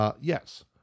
Yes